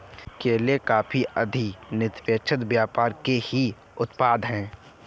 केले, कॉफी आदि निष्पक्ष व्यापार के ही उत्पाद हैं